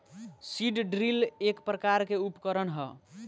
seed drill एक प्रकार के उकरण ह